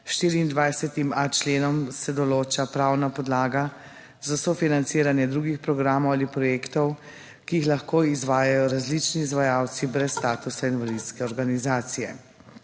24a. členom se določa pravna podlaga za sofinanciranje drugih programov ali projektov, ki jih lahko izvajajo različni izvajalci brez statusa invalidske organizacije.